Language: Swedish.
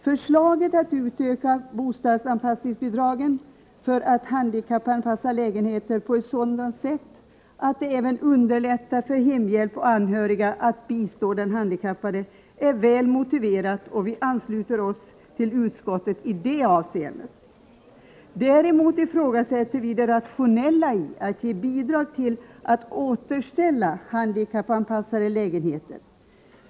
Förslaget att utöka bostadsanpassningsbidragen för att handikappanpassa lägenheter på ett sådant sätt att det även underlättar för hemhjälp och anhöriga att bistå den handikappade är väl motiverat, och vi ansluter oss till utskottet i det avseendet. Däremot ifrågasätter vi det rationella i att ge bidrag till att återställa handikappanpassade lägenheter.